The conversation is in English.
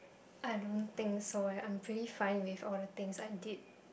I don't think so eh I am pretty fine with all the things I did